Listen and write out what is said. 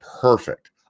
perfect